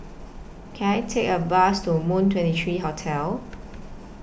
Can I Take A Bus to Moon twenty three Hotel